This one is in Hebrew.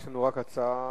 יש לנו רק הצעה